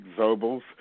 Zobel's